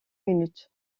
minutes